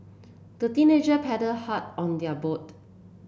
the teenager paddled hard on their boat